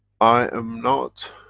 i am not